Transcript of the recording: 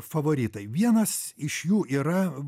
favoritai vienas iš jų yra